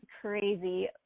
crazy